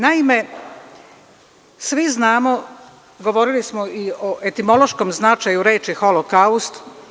Naime, svi znamo, govorili smo i o etimološkom značaju reči „holokaust“